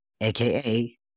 AKA